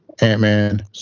Ant-Man